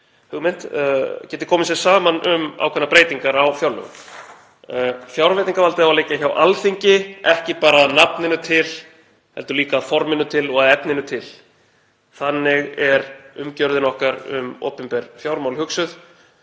hugmynd — geti komið sér saman um ákveðnar breytingar á fjárlögum. Fjárveitingavaldið á að liggja hjá Alþingi, ekki bara að nafninu til heldur líka að forminu til og að efninu til. Þannig er umgjörðin okkar um opinber fjármál hugsuð.